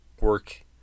work